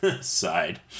side